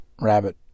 rabbit